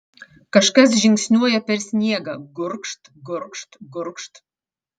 kažkas žingsniuoja per sniegą gurgžt gurgžt gurgžt